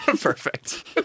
Perfect